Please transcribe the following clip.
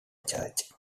church